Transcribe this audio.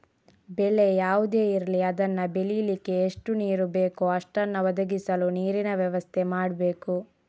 ಬೆಳೆ ಯಾವುದೇ ಇರ್ಲಿ ಅದನ್ನ ಬೆಳೀಲಿಕ್ಕೆ ಎಷ್ಟು ನೀರು ಬೇಕೋ ಅಷ್ಟನ್ನ ಒದಗಿಸಲು ನೀರಿನ ವ್ಯವಸ್ಥೆ ಮಾಡ್ಬೇಕು